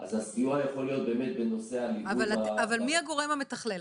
אז הסיוע יכול להיות באמת בנושא --- אבל מי הגורם המתכלל,